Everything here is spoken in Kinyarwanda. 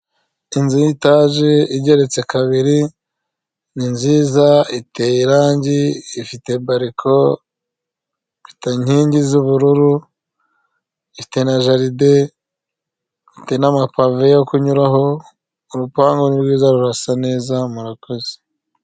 Inzu y'itaje igeretse kabiri, ni nziza iteye irangi, ifite bariko inkingi z'ubururu, ifite na jaride, ifite n'amapave yo kunyuraho, urupangu ni rwiza rurasa neza murakoze.